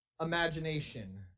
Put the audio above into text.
Imagination